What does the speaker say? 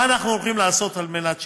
מה אנחנו הולכים לעשות על מנת שיצאו?